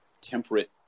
temperate